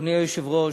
אדוני היושב-ראש,